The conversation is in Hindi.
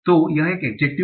तो यह एक एड्जेक्टिव है